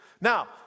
Now